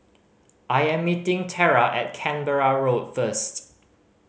I am meeting Tera at Canberra Road first